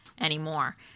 anymore